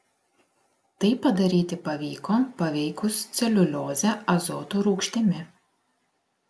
tai padaryti pavyko paveikus celiuliozę azoto rūgštimi